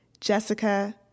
Jessica